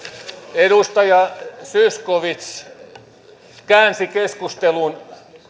edustaja zyskowicz käänsi keskustelun